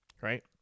right